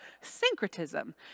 Syncretism